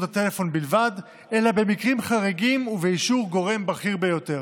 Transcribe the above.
הטלפון בלבד אלא במקרים חריגים ובאישור גורם בכיר ביותר.